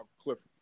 Clifford